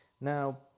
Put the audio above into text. Now